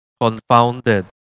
confounded